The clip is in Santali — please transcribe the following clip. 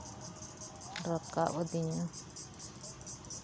ᱨᱟᱠᱟᱵ ᱟᱹᱫᱤᱧᱟ